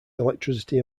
electricity